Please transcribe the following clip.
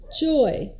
joy